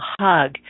hug